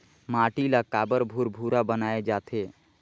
माटी ला काबर भुरभुरा बनाय जाथे?